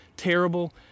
terrible